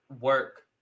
work